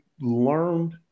learned